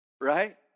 right